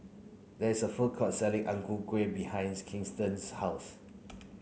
there is a food court selling Ang Ku Kueh behind Kenton's house